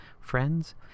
friends